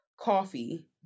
coffee